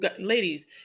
ladies